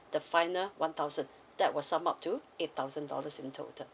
the final one thousand that would sum up to eight thousand dollars in total